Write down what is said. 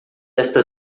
esta